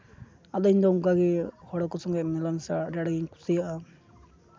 ᱟᱫᱚ ᱤᱧᱫᱚ ᱚᱱᱠᱟᱜᱮ ᱦᱚᱲᱠᱚ ᱥᱚᱸᱜᱮ ᱢᱮᱞᱟ ᱢᱮᱥᱟ ᱟᱹᱰᱤ ᱟᱸᱴᱜᱤᱧ ᱠᱩᱥᱤᱭᱟᱜᱼᱟ